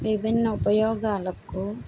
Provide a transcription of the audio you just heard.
విభిన్న ఉపయోగాలకు